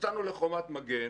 כשיצאנו לחומת מגן